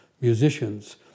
musicians